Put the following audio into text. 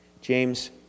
James